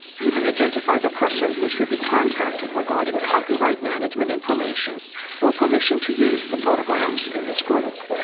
you may identify the person who should be contacted regarding copyright management information or permission to use the photographs in this group.